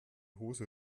hose